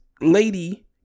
lady